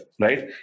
right